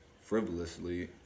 Frivolously